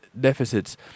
deficits